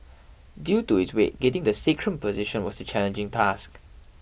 due to its weight getting the sacrum position was a challenging task